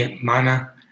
Mana